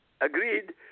agreed